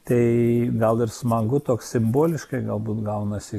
tai gal ir smagu toks simboliškai galbūt gaunasi